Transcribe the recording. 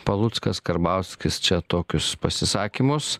paluckas karbauskis čia tokius pasisakymus